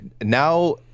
now